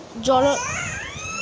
Joint দলিলে কি কৃষি লোন পাব?